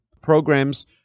programs